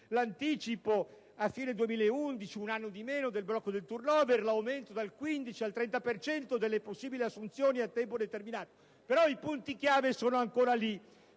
all'anticipo a fine 2011 - un anno di meno - del bloccodel *turnover*, all'aumento dal 15 al 30 per cento delle possibili assunzioni a tempo determinato. I punti chiave però sono ancora lì,